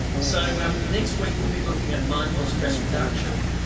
so, um next week we'll be looking at mindful stress reduction,